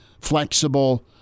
flexible